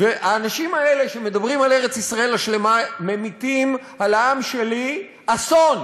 האנשים האלה שמדברים על ארץ ישראל השלמה ממיטים על העם שלי אסון.